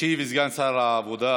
ישיב סגן שר העבודה,